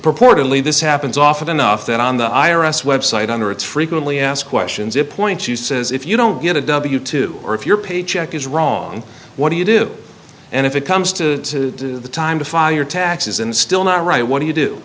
purportedly this happens often enough that on the i r s website under it's frequently asked questions you point to says if you don't get a w two or if your paycheck is wrong what do you do and if it comes to the time to file your taxes and still not right what do you do